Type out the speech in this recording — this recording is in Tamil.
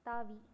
தாவி